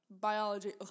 biology